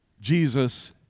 Jesus